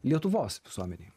lietuvos visuomenėj